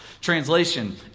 Translation